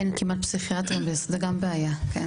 אין כמעט פסיכיאטרים וזו גם בעיה.